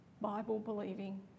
Bible-believing